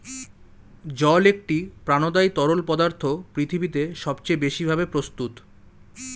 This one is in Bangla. জল একটি প্রাণদায়ী তরল পদার্থ পৃথিবীতে সবচেয়ে বেশি ভাবে প্রস্তুত